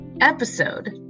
episode